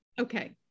Okay